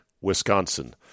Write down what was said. Wisconsin